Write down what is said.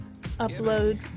upload